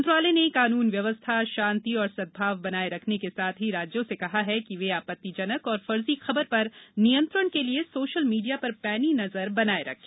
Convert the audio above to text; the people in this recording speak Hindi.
मंत्रालय ने कानून व्यवस्था शांति और सदभाव बनाये रखने के साथ ही राज्यों से कहा है कि वे आपत्तिजनक और फर्जी खबर पर नियंत्रण के लिए सोशल मीडिया पर पैनी नजर बनाये रखें